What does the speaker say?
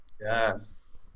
Yes